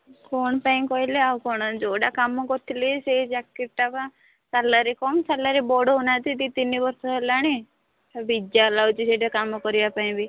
କ'ଣ ପାଇଁ କହିଲେ ଆଉ କ'ଣ ଯେଉଁଟା କାମ କରୁଥିଲି ସେଇ ଚାକିରିଟା ବା ସାଲାରି କମ୍ ସାଲାରି ବଢ଼ାଉନାହାଁନ୍ତି ଦୁଇ ତିନି ବର୍ଷ ହେଲାଣି ବିଜାର ଲାଗୁଛି ସେଇଟା କାମ କରିବା ପାଇଁ ବି